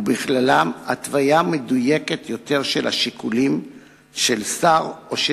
ובכללם התוויה מדויקת יותר של השיקולים של שר או של